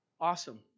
Awesome